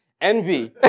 Envy